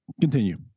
Continue